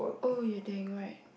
oh you dang right